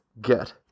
get